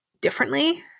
differently